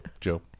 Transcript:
Joe